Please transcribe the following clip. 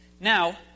Now